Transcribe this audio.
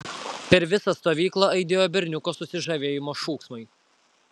per visą stovyklą aidėjo berniuko susižavėjimo šūksmai